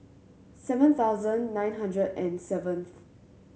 seven thousand nine hundred and seventh